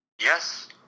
Yes